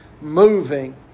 moving